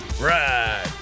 right